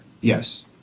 Yes